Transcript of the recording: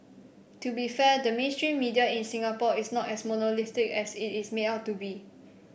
to be fair the mainstream media in Singapore is not as monolithic as it is made out to be